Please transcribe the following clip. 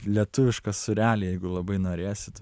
lietuvišką sūrelį jeigu labai norėsi tu